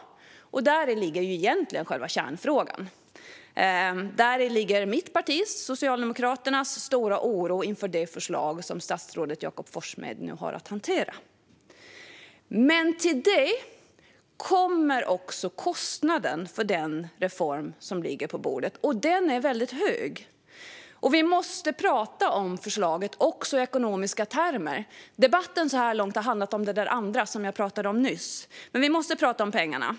Däri ligger egentligen själva kärnfrågan. Däri ligger mitt parti, Socialdemokraternas, stora oro inför det förslag som statsrådet Jakob Forssmed nu har att hantera. Till detta kommer också kostnaden för den reform som ligger på bordet. Den är väldigt hög. Vi måste prata om förslaget också i ekonomiska termer. Debatten så här långt har handlat om det där andra, som jag pratade om nyss. Men vi måste prata om pengarna.